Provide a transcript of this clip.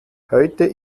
heute